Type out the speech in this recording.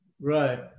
Right